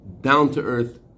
down-to-earth